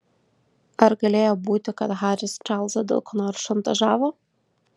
ar galėjo būti kad haris čarlzą dėl ko nors šantažavo